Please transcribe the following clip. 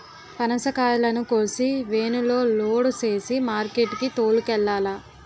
పనసకాయలను కోసి వేనులో లోడు సేసి మార్కెట్ కి తోలుకెల్లాల